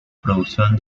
producción